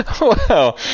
Wow